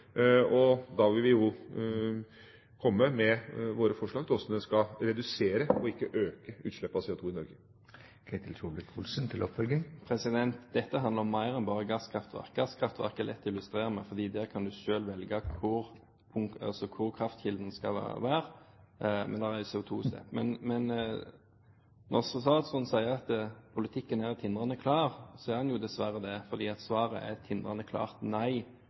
Da vil vi jo komme med våre forslag til hvordan en skal redusere og ikke øke utslipp av CO2 i Norge. Dette handler om mer enn bare gasskraftverk. Gasskraftverk er lett å illustrere med, for der kan en selv velge hvor kraftkilden skal være, men det er CO2-utslipp. Men når statsråden sier at politikken her er tindrende klar, er den jo dessverre det, for svaret er et tindrende klart